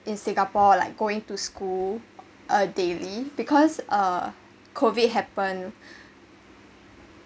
in singapore like going to school uh daily because uh COVID happen